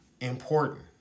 Important